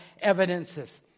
evidences